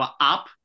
up